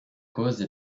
cause